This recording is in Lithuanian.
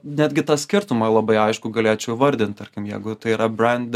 netgi tą skirtumą labai aiškų galėčiau įvardint tarkim jeigu tai yra brand